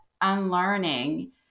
unlearning